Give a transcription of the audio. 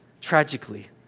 tragically